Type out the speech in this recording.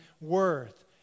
worth